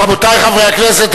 רבותי חברי הכנסת,